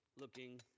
looking